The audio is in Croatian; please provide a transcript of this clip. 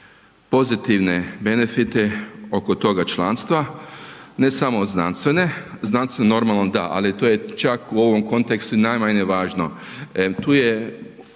pozitivne benefite oko toga članstva, ne samo znanstvene, znanstvene normalno da, ali to je čak u ovom kontekstu najmanje važno, tu je